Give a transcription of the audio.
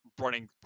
running